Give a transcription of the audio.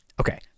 Okay